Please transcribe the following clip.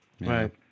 Right